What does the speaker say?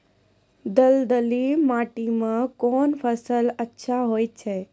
दलदली माटी म कोन फसल अच्छा होय छै?